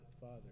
Father